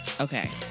Okay